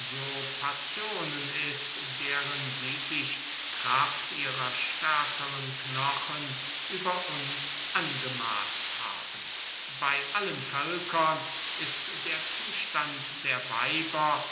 usurpazionen ist deren sie sich kraft ihrer stärkeren knochen über uns angemaßt haben bey allen völkern ist der zustand der weiber